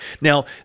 Now